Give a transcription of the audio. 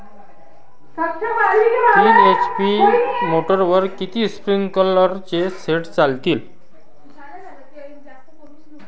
तीन एच.पी मोटरवर किती स्प्रिंकलरचे सेट चालतीन?